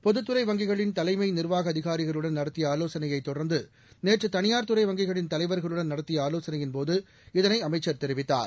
பொதுத்துறை வங்கிகளின் தலைமை நிர்வாக அதிகாரிகளுடன் நடத்திய ஆலோசனையைத் தொடர்ந்து நேற்று தனியார் துறை வங்கிகளின் தலைவர்களுடன் நடத்திய ஆலோசனையின்போது இதனை அமைச்சர் தெரிவித்தார்